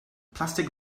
plastic